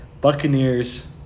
Buccaneers